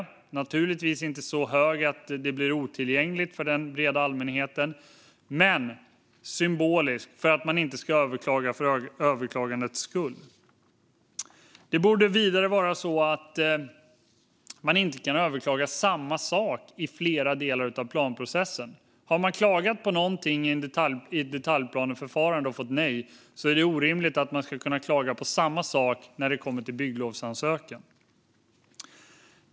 Avgiften ska naturligtvis inte vara så hög att det blir otillgängligt för den breda allmänheten, men det bör införas en symbolisk avgift för att man inte ska överklaga för överklagandets skull. Det borde vidare vara så att man inte kan överklaga samma sak i flera delar av planprocessen. Har man klagat på någonting i ett detaljplaneförfarande och fått nej är det orimligt att man ska kunna klaga på samma sak när det kommer till bygglovsansökan.